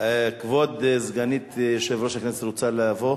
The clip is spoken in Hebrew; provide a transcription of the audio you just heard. כבוד סגנית יושב-ראש הכנסת, את רוצה לבוא